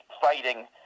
fighting